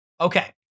Okay